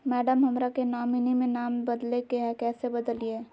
madam, हमरा के nominee में नाम बदले के हैं, कैसे बदलिए